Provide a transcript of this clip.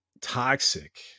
toxic